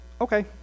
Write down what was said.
okay